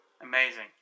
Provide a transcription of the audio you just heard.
Amazing